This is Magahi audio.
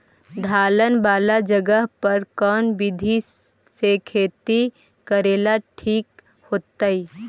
ढलान वाला जगह पर कौन विधी से खेती करेला ठिक होतइ?